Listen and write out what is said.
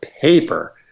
paper